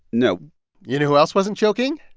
no you know who else wasn't joking?